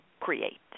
create